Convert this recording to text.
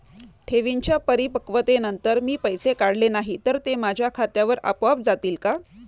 ठेवींच्या परिपक्वतेनंतर मी पैसे काढले नाही तर ते माझ्या खात्यावर आपोआप जातील का?